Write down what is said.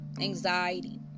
anxiety